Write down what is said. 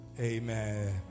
amen